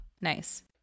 Nice